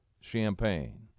Champagne